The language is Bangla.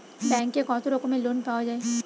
ব্যাঙ্কে কত রকমের লোন পাওয়া য়ায়?